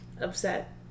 Upset